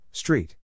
Street